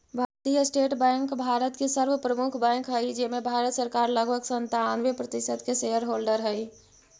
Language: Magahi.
भारतीय स्टेट बैंक भारत के सर्व प्रमुख बैंक हइ जेमें भारत सरकार लगभग सन्तानबे प्रतिशत के शेयर होल्डर हइ